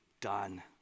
done